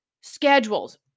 schedules